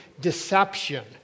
deception